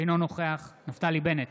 אינו נוכח נפתלי בנט,